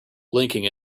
blinking